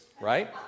right